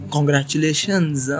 Congratulations